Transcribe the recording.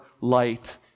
light